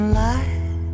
light